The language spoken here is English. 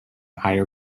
higher